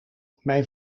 mijn